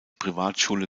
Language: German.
privatschule